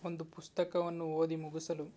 ಒಂದು ಪುಸ್ತಕವನ್ನು ಓದಿ ಮುಗಿಸಲು